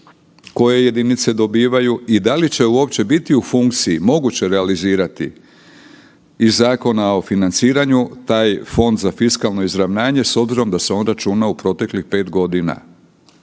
koje jedinice dobivaju i da li će uopće biti u funkciji moguće realizirati iz Zakona o financiranju taj Fond za fiskalno izravnanje s obzirom da se on računa u proteklih pet godina?